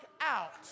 out